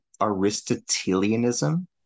Aristotelianism